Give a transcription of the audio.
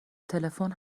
تلفن